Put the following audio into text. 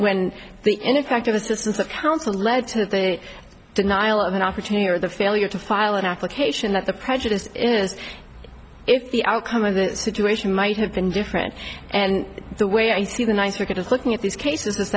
when the ineffective assistance of counsel led to the denial of an opportunity or the failure to file an application that the prejudice in as if the outcome of the situation might have been different and the way i see the nice work it is looking at these cases